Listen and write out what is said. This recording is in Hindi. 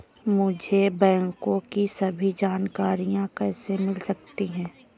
मुझे बैंकों की सभी जानकारियाँ कैसे मिल सकती हैं?